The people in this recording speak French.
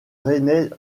rennais